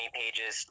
pages